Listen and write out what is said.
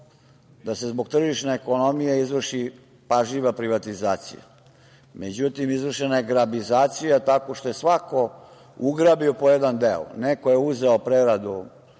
da se zbog tržišne ekonomije izvrši pažljiva privatizacija. Međutim, izvršena je grabizacija, tako što je svako ugrabio po jedan deo, neko je uzeo preradu,